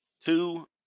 two